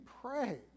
pray